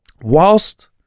whilst